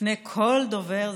לפני כל דובר.